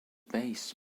base